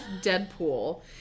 Deadpool